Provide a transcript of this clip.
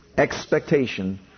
expectation